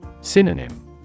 Synonym